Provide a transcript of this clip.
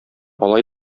алай